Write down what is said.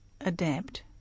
adapt